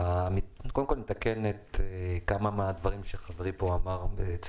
קודם כל לתקן כמה מהדברים שנאמרו פה.